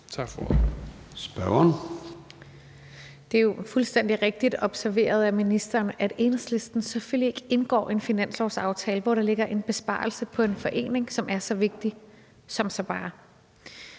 Rosa Lund (EL): Det er fuldstændig rigtigt observeret af ministeren, at Enhedslisten selvfølgelig ikke indgår en finanslovsaftale, hvori der ligger en besparelse på en forening, som er så vigtig som Sabaah.